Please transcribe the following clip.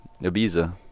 Ibiza